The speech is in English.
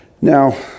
Now